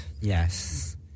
yes